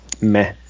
Meh